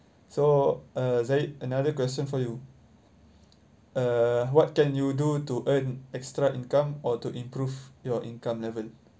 so uh zahid another question for you uh what can you do to earn extra income or to improve your income level